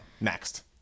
next